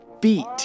beat